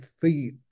feet